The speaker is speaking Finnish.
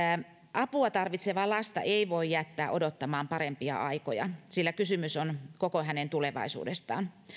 apua tarvitsevaa lasta ei voi jättää odottamaan parempia aikoja sillä kysymys on koko hänen tulevaisuudestaan